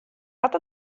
hat